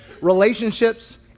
relationships